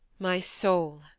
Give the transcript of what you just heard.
my soul,